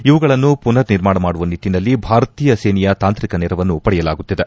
ಇವುಗಳನ್ನು ಪುನರ್ನಿರ್ಮಾಣ ಮಾಡುವ ನಿಟ್ಟನಲ್ಲಿ ಭಾರತೀಯ ಸೇನೆಯ ತಾಂತ್ರಿಕ ನೆರವನ್ನು ಪಡೆಯಲಾಗುತ್ತಿದೆ